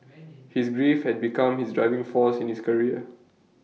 his grief had become his driving force in his career